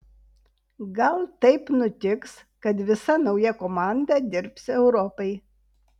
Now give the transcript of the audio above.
gal taip nutiks kad visa nauja komanda dirbs europai